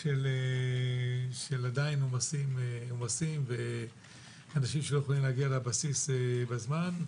של עומסים ואנשים שלא יכולים להגיע לבסיס בזמן.